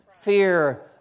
fear